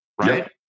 right